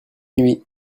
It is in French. nuit